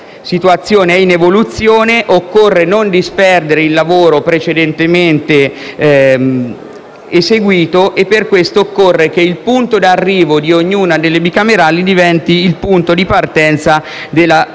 la situazione è in evoluzione, occorre non disperdere il lavoro precedentemente eseguito e per questo occorre che il punto d'arrivo di ognuna delle bicamerali diventi il punto di partenza della successiva.